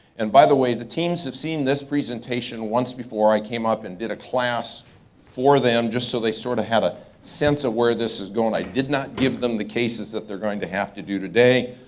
and by the way, the teams have seen this presentation once before. i came up and did a class for them just so they sorta have a sense of where this is going. i did not give them the cases that they're going to have to do today.